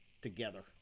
together